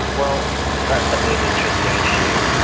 well that's certainly an interesting issue.